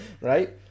Right